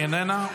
היא איננה.